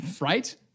Right